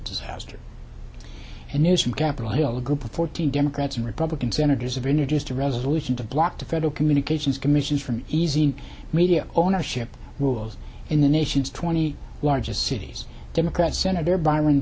disaster and news from capitol hill a group of fourteen democrats and republican senators of introduced a resolution to block the federal communications commission from easy media ownership rules in the nation's twenty largest cities democrat senator byron